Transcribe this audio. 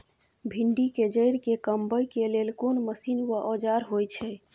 भिंडी के जईर के कमबै के लेल कोन मसीन व औजार होय छै?